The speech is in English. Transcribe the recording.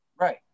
Right